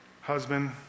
husband